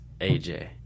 AJ